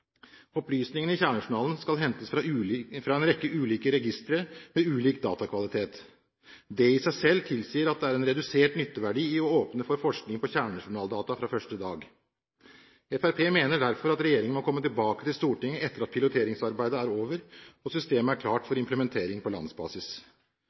Opplysningene i kjernejournalen skal hentes fra en rekke ulike registre med ulik datakvalitet. Det i seg selv tilsier at det er en redusert nytteverdi i å åpne for forskning på kjernejournaldata fra første dag. Fremskrittspartiet mener derfor at regjeringen må komme tilbake til Stortinget etter at piloteringsarbeidet er over, og systemet er klart